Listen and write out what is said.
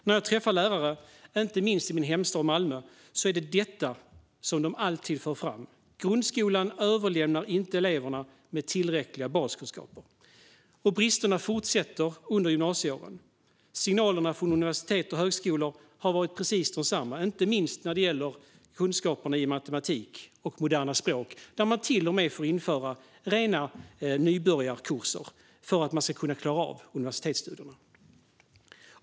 När jag träffar lärare, inte minst i min hemstad Malmö, är detta något de alltid för fram, nämligen att grundskolan inte överlämnar eleverna med tillräckliga baskunskaper. Bristerna fortsätter under gymnasieåren. Signalerna från universitet och högskolor har varit precis desamma. Inte minst gäller det kunskaperna i matematik och moderna språk. Där har man till och med fått införa rena nybörjarkurser så att eleverna kan klara universitetsstudierna.